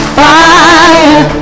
fire